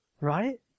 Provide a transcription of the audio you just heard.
right